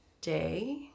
day